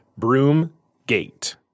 Broomgate